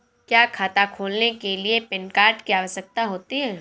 क्या खाता खोलने के लिए पैन कार्ड की आवश्यकता होती है?